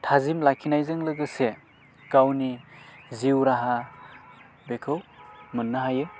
थाजिम लाखिनायजों लोगोसे गावनि जिउ राहा बेखौ मोननो हायो